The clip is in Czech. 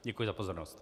Děkuji za pozornost.